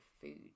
food